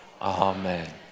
Amen